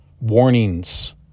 warnings